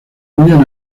huían